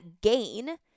gain